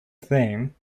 theme